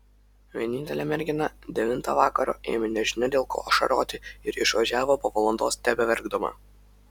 vienintelė mergina devintą vakaro ėmė nežinia dėl ko ašaroti ir išvažiavo po valandos tebeverkdama